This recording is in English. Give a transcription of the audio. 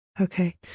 Okay